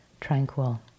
tranquil